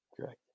Correct